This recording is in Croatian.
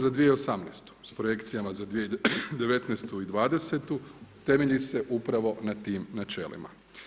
za 2018. s projekcijama za 2019. i 2020. temelji se upravo na tim načelima.